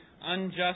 unjust